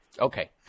Okay